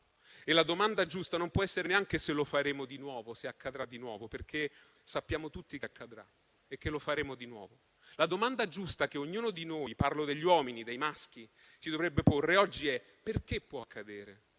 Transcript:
La domanda giusta non può essere neanche se lo faremo di nuovo, se accadrà di nuovo, perché sappiamo tutti che accadrà e che lo faremo di nuovo. La domanda giusta che ognuno di noi - parlo degli uomini, dei maschi - si dovrebbe porre oggi è: perché può accadere?